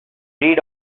read